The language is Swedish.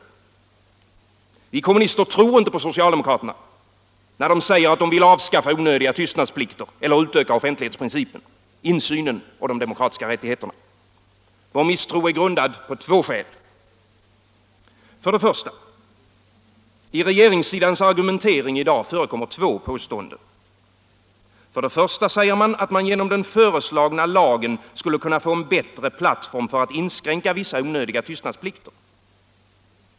Vi kommunister tror inte på socialdemokraterna när de säger att de vill avskaffa onödiga tystnadsplikter eller utöka offentlighetsprincipen, insynen och de demokratiska rättigheterna. Vår misstro är grundad på två skäl. För det första. I regeringssidans argumentering i dag förekommer två påståenden. Först säger man att man genom den föreslagna lagen skulle kunna få en bättre plattform för att inskränka vissa onödiga tystnadsplikter.